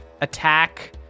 attack